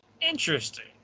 Interesting